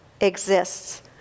exists